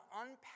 unpack